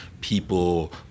people